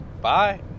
Bye